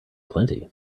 plenty